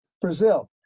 Brazil